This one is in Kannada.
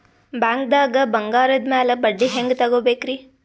ಬ್ಯಾಂಕ್ದಾಗ ಬಂಗಾರದ್ ಮ್ಯಾಲ್ ಬಡ್ಡಿ ಹೆಂಗ್ ತಗೋಬೇಕ್ರಿ?